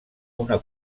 una